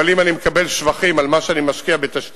אבל אם אני מקבל שבחים על מה שאני משקיע בתשתיות,